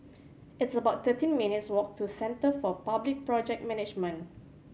it's about thirteen minutes' walk to Centre for Public Project Management